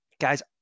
guys